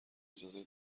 اجازه